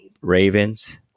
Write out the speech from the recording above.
Ravens